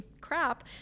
crap